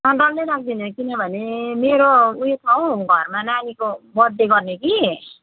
अँ डल्लै राखिदिनु किनभने मेरो उयो छ हौ घरमा नानीको बर्थडे गर्ने कि